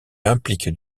impliquent